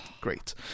Great